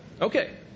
Okay